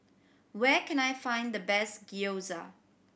where can I find the best Gyoza